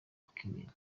kamena